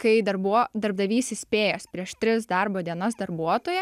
kai darbuo darbdavys įspėjęs prieš tris darbo dienas darbuotoją